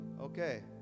okay